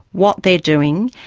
what they are doing,